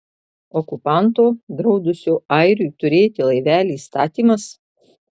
okupanto draudusio airiui turėti laivelį įstatymas